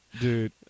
Dude